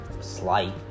slight